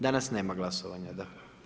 Danas nema glasovanja da.